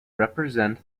represent